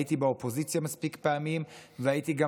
הייתי באופוזיציה מספיק פעמים והייתי גם